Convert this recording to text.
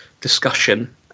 discussion